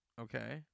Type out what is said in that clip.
okay